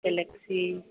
galaxy